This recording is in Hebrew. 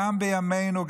גם בימינו,